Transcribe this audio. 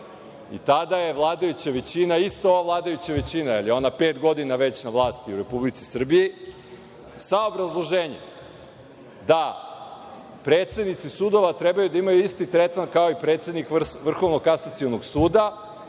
I tada je vladajuća većina, ista ova vladajuća većina, jer je ona pet godina već na vlasti u Republici Srbiji, sa obrazloženjem da predsednici sudova treba da imaju isti tretman kao i predsednik Vrhovnog kasacionog suda,